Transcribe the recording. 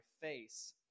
face